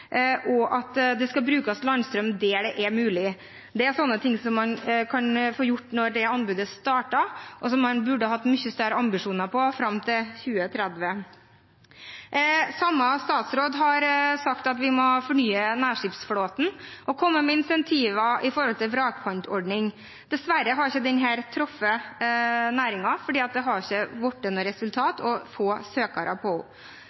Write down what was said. og at det skal brukes landstrøm der det er mulig. Det er slike ting man kan få gjort når anbudet starter, og som man burde hatt mye større ambisjoner om fram til 2030. Samme statsråd har sagt at vi må fornye nærskipsflåten og komme med incentiver for en vrakpantordning. Dessverre har ikke denne truffet næringen – det har ikke gitt noe